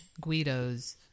guidos